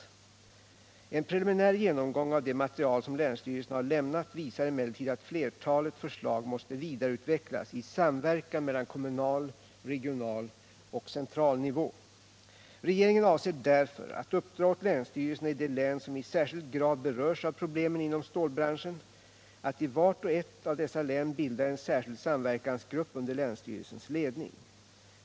En preliminär genomgång av det material som länsstyrelserna har lämnat visar emellertid att flertalet förslag måste vidareutvecklas i samverkan mellan kommunal, regional och central nivå. Regeringen avser därför att uppdra åt länsstyrelserna i de län som i särskild grad berörs av problemen inom stålbranschen att i vart och ett av dessa län bilda en särskild samverkansgrupp under länsstyrelsens ledning.